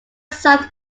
south